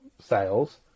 sales